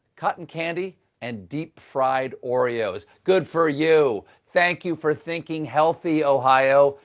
cotton candy and deep fried oreos. good for you. thank you for thinking healthy, ohio!